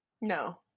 No